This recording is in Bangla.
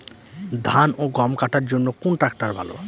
ধান ও গম কাটার জন্য কোন ট্র্যাক্টর ভালো?